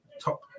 top